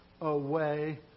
Away